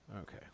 Okay